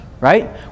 right